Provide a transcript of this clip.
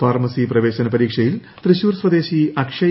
pharmacy പ്രവേശിക്ക് പരീക്ഷയിൽ തൃശൂർ സ്വദേശി അക്ഷയ്